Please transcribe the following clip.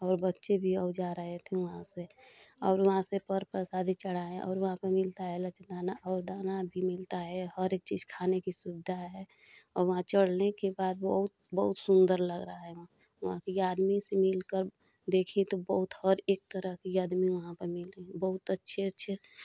और बच्चे भी औंजा रहे थे वहाँ से और वहाँ से पर प्रसादी चढ़ाएँ और वहाँ पर मिलता है लचीदाना और दाना भी मिलता है और एक चीज़ खाने की सुविधा है और वहाँ चढ़ने के बाद बहुत बहुत सुंदर लग रहा है वहाँ वहाँ की आदमी से मिलकर देखी त बहुत हर एक तरह की आदमी वहाँ पर मिले बहुत अच्छे अच्छे